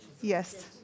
Yes